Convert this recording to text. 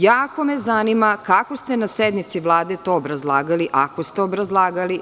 Jako me zanima kako ste na sednici Vlade to obrazlagali, ako ste obrazlagali?